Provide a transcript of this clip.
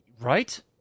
right